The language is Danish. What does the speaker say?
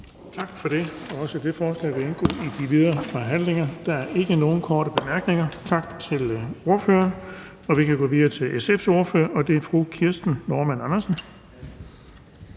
Tak for det. Også det forslag til vedtagelse vil indgå i de videre forhandlinger. Der er ikke nogen korte bemærkninger. Tak til ordføreren. Og vi kan gå videre til SF's ordfører, og det er fru Kirsten Normann Andersen.